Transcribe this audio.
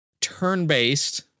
turn-based